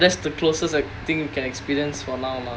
but that's the closest uh thing you can experience for now lah